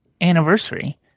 anniversary